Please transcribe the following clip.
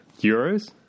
euros